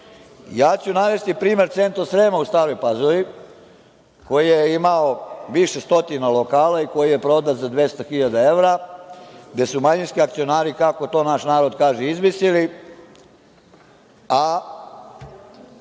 imali. Navešću primer „Centrosrema“ u Staroj Pazovi koji je imao više stotina lokala i koji je prodat za 200.000 evra, gde su manjinski akcionari, kako to naš narod kaže, izvisili, a